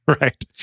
right